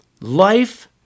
Life